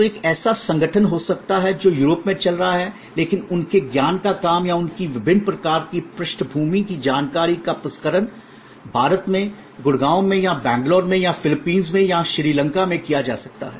तो एक ऐसा संगठन हो सकता है जो यूरोप में चल रहा है लेकिन उनके ज्ञान का काम या उनकी विभिन्न प्रकार की पृष्ठभूमि की जानकारी का प्रसंस्करण भारत में गुड़गांव में या बैंगलोर में या फिलीपींस में या श्रीलंका में किया जा सकता है